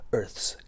Earth's